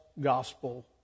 gospel